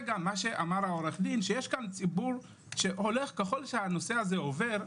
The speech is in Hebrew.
אמר עורך הדין, שככל שהנושא עובר,